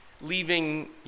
Leaving